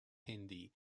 hindi